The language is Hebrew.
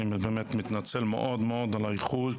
אני באמת מתנצל מאוד-מאוד על האיחור,